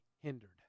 hindered